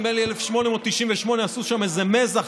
נדמה לי שב-1898 עשו שם איזה מזח,